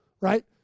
right